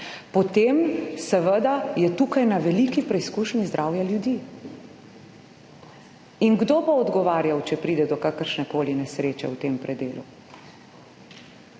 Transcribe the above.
potem seveda je tukaj na veliki preizkušnji zdravja ljudi. In kdo bo odgovarjal, če pride do kakršnekoli nesreče v tem predelu?